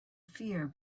fear